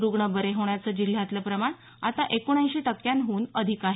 रुग्ण बरे होण्याचं जिल्ह्यातलं प्रमाण आता एकोणाएंशी टक्क्यांहून अधिक आहे